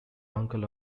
uncle